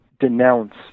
denounce